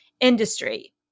industry